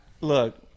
look